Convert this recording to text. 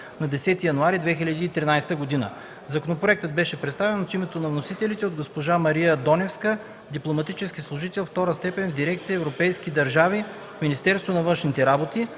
на 10 януари 2013 г. Законопроектът беше представен от името на вносителите от госпожа Мария Доневска – дипломатически служител ІІ степен в дирекция „Европейски държави” в Министерството на външните работи.